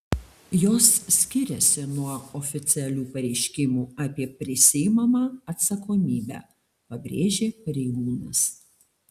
jos skiriasi nuo oficialių pareiškimų apie prisiimamą atsakomybę pabrėžė pareigūnas